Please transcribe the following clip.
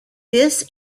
this